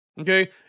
Okay